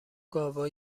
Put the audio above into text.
گاوا